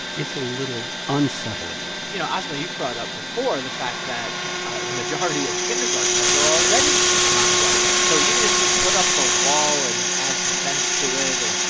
it's a little unsettling you know, asma, you've brought up before the fact that ah the majority of kindergartners are already nonwhite. so even if you put up a wall and add some fence to it and,